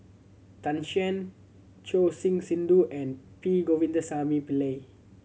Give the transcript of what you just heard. Tan Shen Choor Singh Sidhu and P Govindasamy Pillai